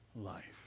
life